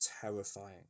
terrifying